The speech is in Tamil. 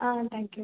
ah thank you